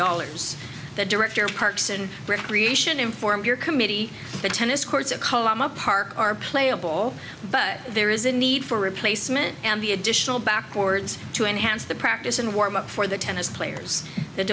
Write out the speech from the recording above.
dollars the director of parks and recreation inform your committee the tennis courts a column a park are playable but there is a need for replacement and the additional backwards to enhance the practice and warm up for the tennis players th